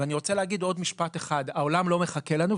ואני רוצה להגיד עוד משפט אחד העולם לא מחכה לנו.